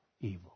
Evil